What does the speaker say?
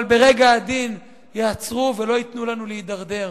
אבל ברגע עדין יעצרו ולא ייתנו לנו להידרדר.